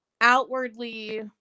outwardly